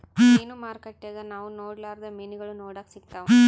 ಮೀನು ಮಾರುಕಟ್ಟೆಗ ನಾವು ನೊಡರ್ಲಾದ ಮೀನುಗಳು ನೋಡಕ ಸಿಕ್ತವಾ